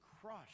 crushed